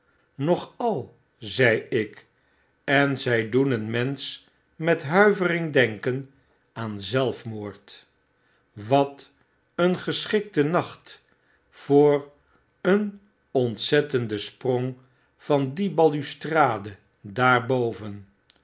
zei ik en zy doen een mensch met huiyering denken aan zelfmoord wat een geschikte nacht voor een ontzettenden sprong van die balustrade